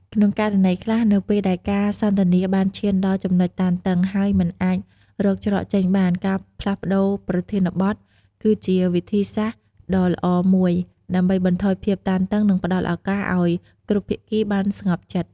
ក្នុងករណីខ្លះ នៅពេលដែលការសន្ទនាបានឈានដល់ចំណុចតានតឹង ហើយមិនអាចរកច្រកចេញបាន ការផ្លាស់ប្ដូរប្រធានបទ គឺជាវិធីសាស្រ្តដ៏ល្អមួយដើម្បីបន្ថយភាពតានតឹង និងផ្តល់ឱកាសឲ្យគ្រប់ភាគីបានស្ងប់ចិត្ត។